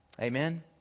Amen